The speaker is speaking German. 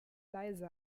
leise